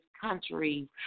country